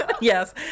Yes